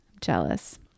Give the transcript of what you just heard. Jealous